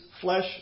flesh